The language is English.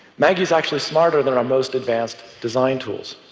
maggie's actually smarter than our most advanced design tools.